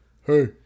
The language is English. Hey